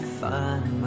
find